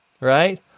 Right